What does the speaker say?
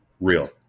real